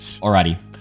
alrighty